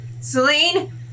Celine